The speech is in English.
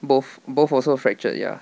both both also fractured ya